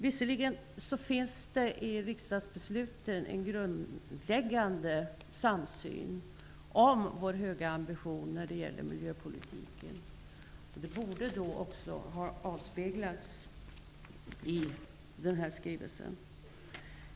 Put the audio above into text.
Visserligen finns det i riksdagsbesluten en grundläggande samsyn om vår höga ambition när det gäller miljöpolitiken, men den borde också ha avspeglats i den här skrivelsen.